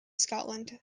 scotland